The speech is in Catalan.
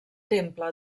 temple